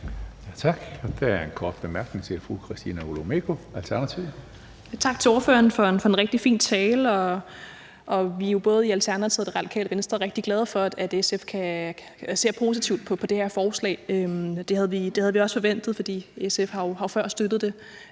Hønge): Der en kort bemærkning til fru Christina Olumeko, Alternativet. Kl. 19:23 Christina Olumeko (ALT): Tak til ordføreren for en rigtig fin tale, og vi er jo både i Alternativet og det Radikale Venstre rigtig glade for, at SF ser positivt på det her forslag. Det havde vi også forventet, for SF har jo før støttet det